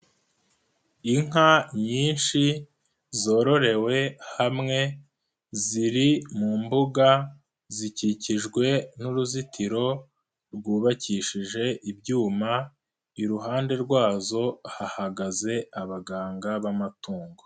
lnka nyinshi zororewe hamwe ziri mu mbuga, zikikijwe n'uruzitiro rwubakishije ibyuma ,iruhande rwazo hahagaze abaganga b'amatungo.